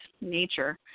nature